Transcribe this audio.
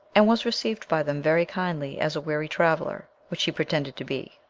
and was received by them very kindly as a weary traveller, which he pretended to be.